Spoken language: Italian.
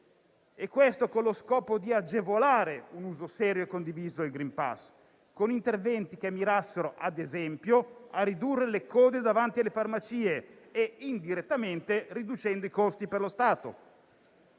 contagio, con lo scopo di agevolare il suo uso serio e condiviso, con interventi che mirassero - ad esempio - a ridurre le code davanti alle farmacie e, indirettamente, riducendo i costi per lo Stato.